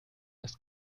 ist